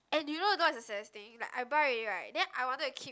and you know know what's the saddest thing I buy already right then I wanted to keep